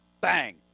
Bang